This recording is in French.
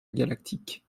galactique